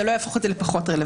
זה לא יהפוך את זה לפחות רלוונטי.